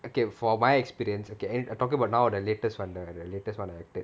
okay for my experience okay talking about now the latest [one] the latest [one] I acted